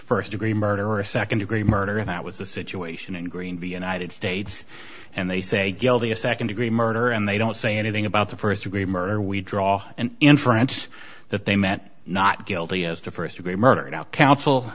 first degree murder or second degree murder if that was the situation in green v in ited states and they say guilty of second degree murder and they don't say anything about the first degree murder we draw an inference that they meant not guilty as to first degree murder no counsel